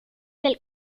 del